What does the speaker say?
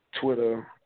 Twitter